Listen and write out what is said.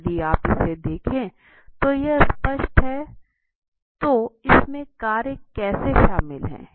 यदि आप इसे देखें तो यह स्पष्ट है तो इसमे कार्य कैसे शामिल हैं